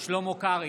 שלמה קרעי,